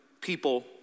people